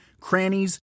crannies